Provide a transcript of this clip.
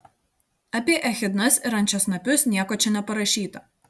apie echidnas ir ančiasnapius nieko čia neparašyta